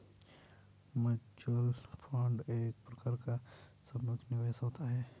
mutual fund एक प्रकार का सामुहिक निवेश होता है